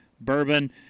bourbon